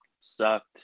sucked